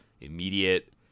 immediate